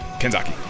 kenzaki